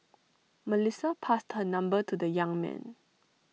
Melissa passed her number to the young man